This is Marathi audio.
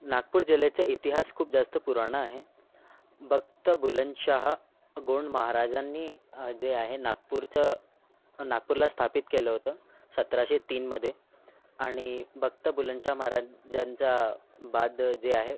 नागपूर जिल्ह्याचा इतिहास खूप जास्त पुराणा आहे बख्त बुलनशाह गोंड महाराजांनी जे आहे नागपूरचं नागपूरला स्थापित केलं होतं सतराशे तीनमध्ये आणि बख्त बुलनशाह महाराजांचा बाद जे आहे